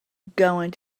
going